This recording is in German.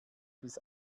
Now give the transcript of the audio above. bis